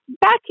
back